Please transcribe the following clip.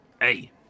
Hey